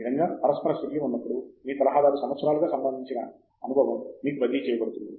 ఈ విధముగా పరస్పర చర్య ఉన్నప్పుడు మీ సలహాదారు సంవత్సరాలుగా సంపాదించిన అనుభవం మీకు బదిలీ చేయబడుతుంది